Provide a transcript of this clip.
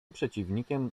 przeciwnikiem